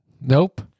Nope